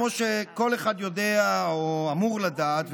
כמו שכל אחד יודע או אמור לדעת,